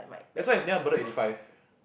that's why it's near Bedok eighty five